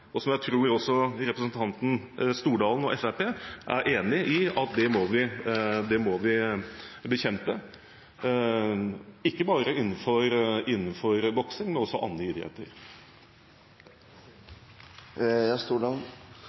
og som jeg tror også representanten Stordalen og Fremskrittspartiet er enig i at vi må bekjempe – ikke bare innenfor boksing, men også innenfor andre idretter.